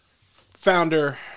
founder